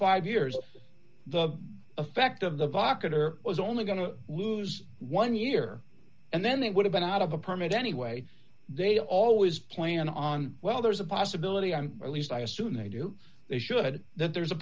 five years the effect of the doctor was only going to lose one year and then they would have been out of a permit anyway they always plan on well there's a possibility i'm at least i assume they do they should that there's a